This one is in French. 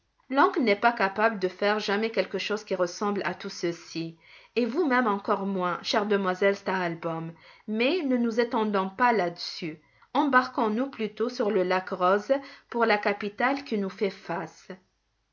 l'oncle n'est pas capable de faire jamais quelque chose qui ressemble à tout ceci et vous-même encore moins chère demoiselle stahlbaûm mais ne nous étendons pas là-dessus embarquons nous plutôt sur le lac rose pour la capitale qui nous fait face